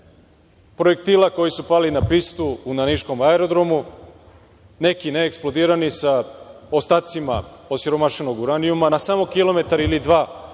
projektila koji su pali na pistu na Niškom aerodromu, neki neeksplodirani sa ostacima osiromašenog uranijuma na samo kilometar ili dva